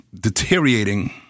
deteriorating